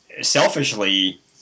selfishly